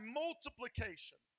multiplication